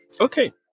okay